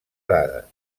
dades